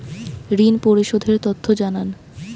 ঋন পরিশোধ এর তথ্য জানান